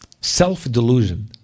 self-delusion